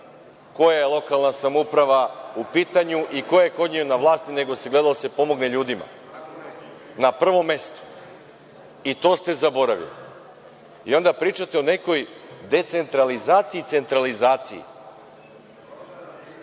koja je lokalna samouprava u pitanju i ko je kod nje na vlasti, nego se gledalo da se pomogne ljudima, na prvom mestu. I to ste zaboravili. I onda pričate o nekoj decentralizaciji i centralizaciji.